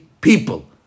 people